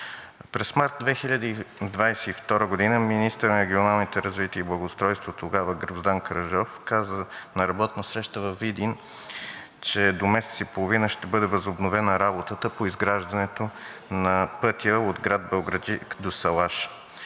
През март 2022 г. министърът на регионалното развитие и благоустройство, тогава Гроздан Караджов, каза на работна среща във Видин, че до месец и половина ще бъде възобновена работата по изграждането на пътя от град Белоградчик до Салаш.